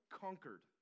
conquered